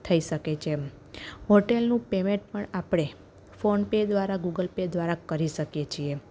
થઈ શકે છે હોટેલનું પેમેટ પણ આપણે ફોન પે દ્વારા ગૂગલ પે દ્વારા કરી શકીએ છીએ